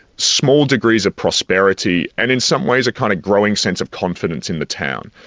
small degrees of prosperity and in some ways a kind of growing sense of confidence in the town.